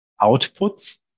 outputs